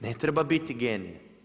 Ne treba biti genije.